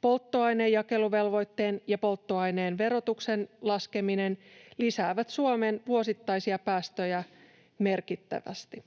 Polttoaineen jakeluvelvoitteen ja polttoaineen verotuksen laskeminen lisäävät Suomen vuosittaisia päästöjä merkittävästi.